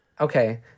Okay